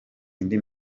indi